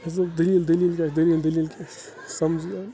یۄس زَن دٔلیٖل دٔلیٖل کیٛاہ چھِ دٔلیٖل دٔلیٖل کیٛاہ چھِ سَمجھی آے نہٕ